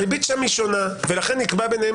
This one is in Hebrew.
הריבית שם היא שונה ולכן נקבע ביניהם